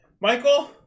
Michael